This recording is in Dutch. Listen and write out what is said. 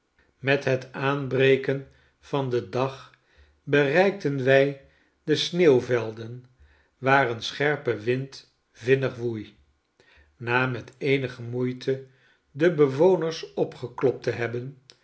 met het aanbreken van den dag bereikten wij de sneeuwvelden waar een scherpe wind vinnig woei na met eenige moeite de bewoners opgeklopt te hebben